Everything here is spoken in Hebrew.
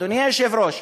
אדוני היושב-ראש,